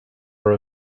are